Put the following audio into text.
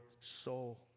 soul